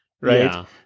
right